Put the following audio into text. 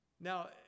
Now